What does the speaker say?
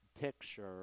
picture